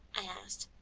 i asked.